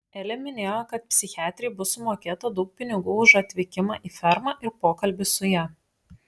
elė minėjo kad psichiatrei bus sumokėta daug pinigų už atvykimą į fermą ir pokalbį su ja